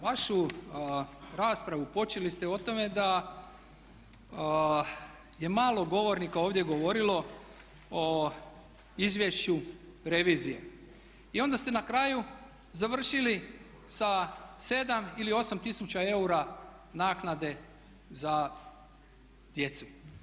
Vašu raspravu počeli ste o tome da je malo govornika ovdje govorilo o izvješću revizije i onda ste na kraju završili sa 7 ili 8 tisuća eura naknade za djecu.